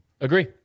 Agree